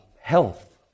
health